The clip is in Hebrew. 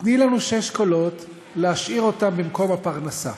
תני לנו שישה קולות להשאיר אותם במקום הפרנסה.